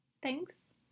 Thanks